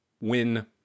win